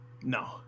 No